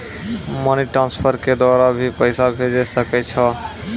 Money transfer के द्वारा भी पैसा भेजै सकै छौ?